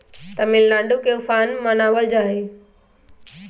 तमिलनाडु में उफान मनावल जाहई